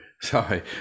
Sorry